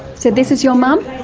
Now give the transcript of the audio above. so this is your mum?